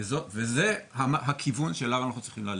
וזה הכיוון שאליו אנחנו צריכים ללכת.